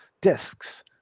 discs